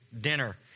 dinner